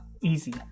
Easy